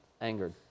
angered